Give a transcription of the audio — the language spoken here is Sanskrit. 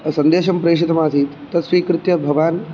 सन्देशं प्रेशितम् आसीत् तत्स्वीकृत्य भवान्